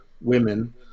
women